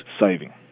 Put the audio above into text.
saving